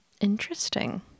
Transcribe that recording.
Interesting